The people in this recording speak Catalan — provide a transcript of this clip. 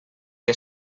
que